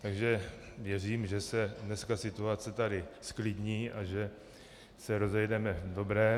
Takže věřím, že se dneska situace tady zklidní a že se rozejdeme v dobrém.